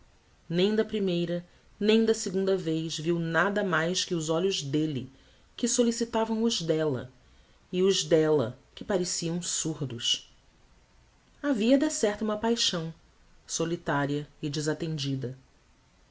nem da primeira nem da segunda vez viu nada mais que os olhos delle que sollicitavam os della e os della que pareciam surdos havia de certo uma paixão solitaria e